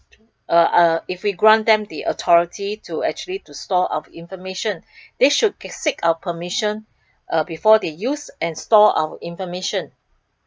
uh uh if we grant them authority to actually to store our information they should seek our permission uh before they use and store our information